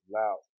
loud